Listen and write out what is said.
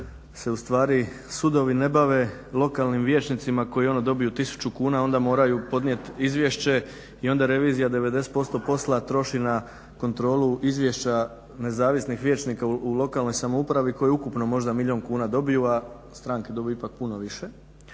da se sudovi ne bave lokalnim vijećnicima koji dobiju tisuću kuna onda moraju podnijeti izvješće i onda revizija 90% posla troši na kontrolu izvješća nezavisnih vijećnika u lokalnoj samoupravi koji je ukupno možda milijun kuna dobiju, a stranke dobiju ipak puno više